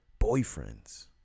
boyfriends